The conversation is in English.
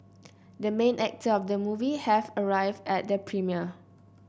the main actor of the movie have arrived at the premiere